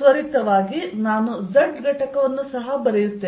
ತ್ವರಿತವಾಗಿ ನಾನು z ಘಟಕವನ್ನು ಸಹ ಬರೆಯುತ್ತೇನೆ